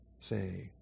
Say